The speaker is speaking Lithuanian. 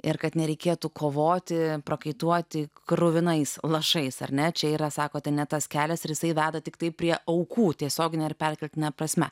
ir kad nereikėtų kovoti prakaituoti kruvinais lašais ar ne čia yra sakote ne tas kelias jisai veda tiktai prie aukų tiesiogine ir perkeltine prasme